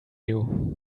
you